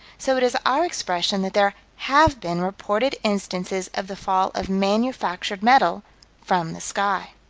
so it is our expression that there have been reported instances of the fall of manufactured metal from the sky.